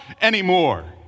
anymore